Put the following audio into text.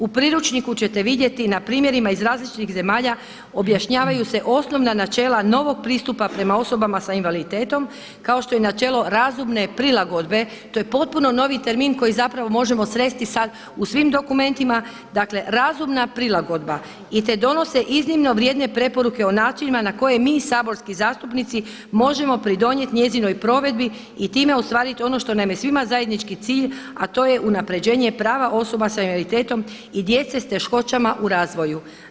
U priručniku ćete vidjeti na primjerima iz različitih zemalja objašnjavaju se osnovna načela novog pristupa prema osobama sa invaliditetom kao što je i načelo razumne prilagodbe to je potpuno novi termin koji zapravo možemo sresti sad u svim dokumentima, dakle razumna prilagodba i te donose iznimno vrijedne preporuke o načinima na koje mi saborski zastupnici možemo pridonijeti njezinoj provedbi i time ostvariti ono što nam je svima zajednički cilj a to je unaprjeđenje prava osoba s invaliditetom i djece s teškoćama u razvoju.